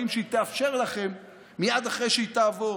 שהיא תאפשר לכם מייד אחרי שהיא תעבור: